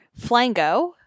Flango